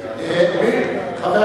הרגע אתה איימת, לא הוא איים.